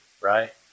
Right